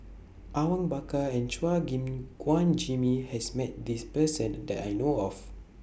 Awang Bakar and Chua Gim Guan Jimmy has Met This Person that I know of